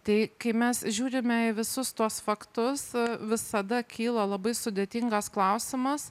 tai kai mes žiūrime į visus tuos faktus visada kyla labai sudėtingas klausimas